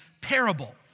parable